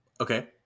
Okay